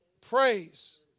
Praise